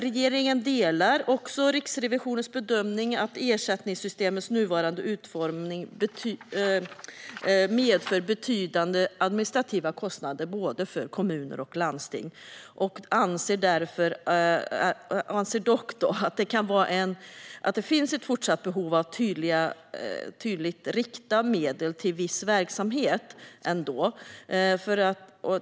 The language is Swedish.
Regeringen delar också Riksrevisionens bedömning när det gäller att ersättningssystemets nuvarande utformning medför betydande administrativa kostnader för både kommuner och landsting. Regeringen anser dock att det finns ett fortsatt behov av att tydligt rikta medel till vissa verksamheter.